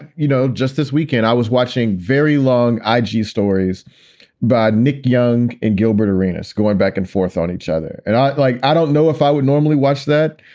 you know, just this weekend, i was watching very long i g s stories by nick young in gilbert arenas going back and forth on each other. and i like i don't know if i would normally watch that,